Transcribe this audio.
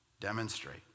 demonstrate